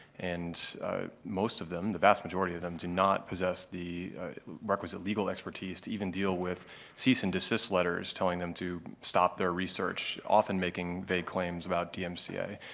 and most of them, the vast majority of them do not possess the requisite legal expertise to even deal with cease-and-desist letters telling them to stop their research, often making vague claims about dmca,